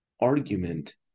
argument